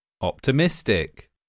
Optimistic